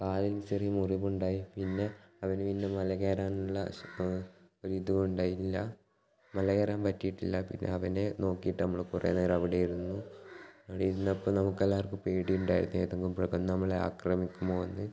കാലിൽ ചെറിയ മുറിവുണ്ടായി പിന്നെ അവന് പിന്നെ മല കയറാനുള്ള ഒരിത് ഉണ്ടായില്ല മല കയറാൻ പറ്റിയിട്ടില്ല പിന്നെ അവനെ നോക്കിയിട്ട് നമ്മള് കുറെ നേരം അവിടെ ഇരുന്നു അവിടെ ഇരുന്നപ്പോൾ നമ്മുക്കെല്ലാർക്കും പേടിയുണ്ടായി ഏതെങ്കിലും മൃഗം നമ്മളെ ആക്രമിക്കുമോ എന്ന്